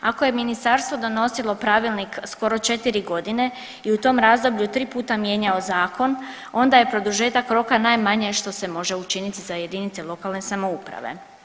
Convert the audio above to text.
Ako je ministarstvo donosilo pravilnik skoro 4 godine i u tom razdoblju 3 puta mijenjao zakon onda je produžetak roka najmanje što se može učiniti za jedinice lokalne samouprave.